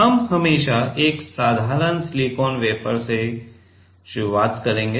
हम हमेशा एक साधारण सिलिकॉन वेफर से शुरुआत करेंगे